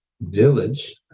village